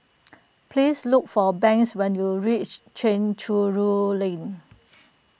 please look for Banks when you reach Chencharu Lane